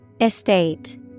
Estate